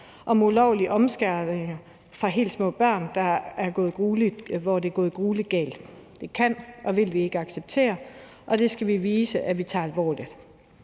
om ulovlige omskæringer af helt små børn, hvor det er gået gruelig galt. Det kan og vil vi ikke acceptere, og det skal vi vise at vi tager alvorligt.